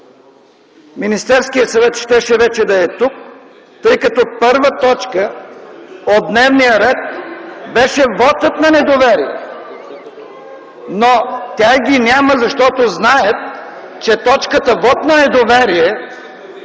Министерският съвет щеше вече да е тук, тъй като първа точка от дневния ред беше вотът на недоверие. Но тях ги няма, защото знаят, че точката Вот на недоверие